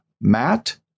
matt